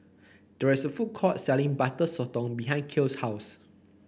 there is a food court selling Butter Sotong behind Kale's house